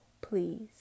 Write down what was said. Please